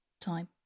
time